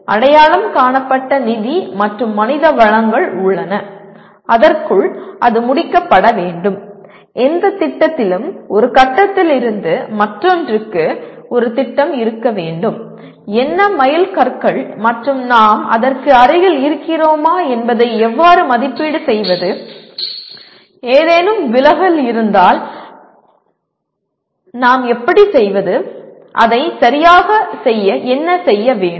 அடையாளம் காணப்பட்ட நிதி மற்றும் மனித வளங்கள் உள்ளன அதற்குள் அது முடிக்கப்பட வேண்டும் எந்த திட்டத்திலும் ஒரு கட்டத்தில் இருந்து மற்றொன்றுக்கு ஒரு திட்டம் இருக்க வேண்டும் என்ன மைல்கற்கள் மற்றும் நாம் அதற்கு அருகில் இருக்கிறோமா என்பதை எவ்வாறு மதிப்பீடு செய்வது ஏதேனும் விலகல் இருந்தால் நாம் எப்படி செய்வது எப்படி செய்வது அதைச் சரியாக செய்ய என்ன செய்ய வேண்டும்